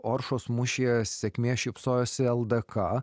oršos mūšyje sėkmė šypsojosi ldk